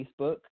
Facebook